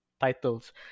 titles